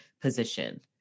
position